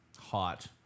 Hot